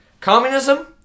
communism